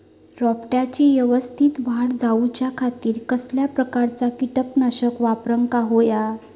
रोपट्याची यवस्तित वाढ जाऊच्या खातीर कसल्या प्रकारचा किटकनाशक वापराक होया?